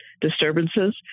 disturbances